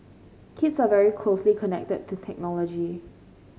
kids are very closely connected to technology